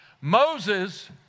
Moses